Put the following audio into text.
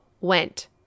went